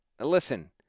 Listen